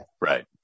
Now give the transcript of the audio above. Right